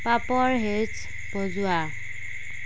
পাপৰ হে'জ বজোৱা